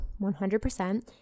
100%